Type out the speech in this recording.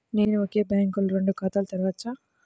నేను ఒకే బ్యాంకులో రెండు ఖాతాలు తెరవవచ్చా?